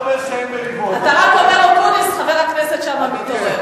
אתה רק אומר אקוניס, חבר הכנסת שאמה מתעורר.